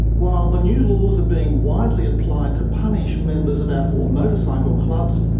while the new laws are being widely applied to punish members of outlaw motorcycle clubs,